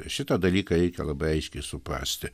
šitą dalyką reikia labai aiškiai suprasti